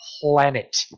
planet